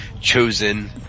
chosen